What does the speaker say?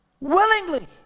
willingly